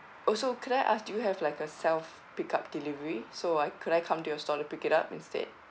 also could I ask do you have like a self pick up delivery so I could I come to your store to pick it up instead